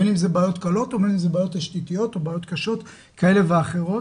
בין אם זה בעיות קלות או בעיות תשתיתיות או בעיות קשות כאלה ואחרות,